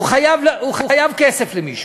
הוא חייב כסף למישהו,